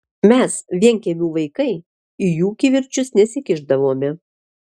mes vienkiemių vaikai į jų kivirčus nesikišdavome